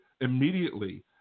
immediately